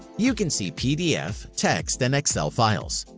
you can see pdf, text and excel files.